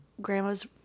grandma's